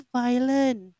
violent